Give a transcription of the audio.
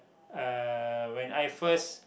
uh when I first